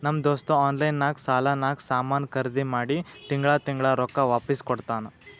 ನಮ್ ದೋಸ್ತ ಆನ್ಲೈನ್ ನಾಗ್ ಸಾಲಾನಾಗ್ ಸಾಮಾನ್ ಖರ್ದಿ ಮಾಡಿ ತಿಂಗಳಾ ತಿಂಗಳಾ ರೊಕ್ಕಾ ವಾಪಿಸ್ ಕೊಡ್ತಾನ್